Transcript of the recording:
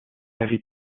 heavy